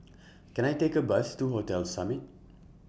Can I Take A Bus to Hotel Summit